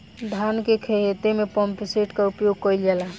धान के ख़हेते में पम्पसेट का उपयोग कइल जाला?